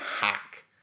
hack